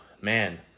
man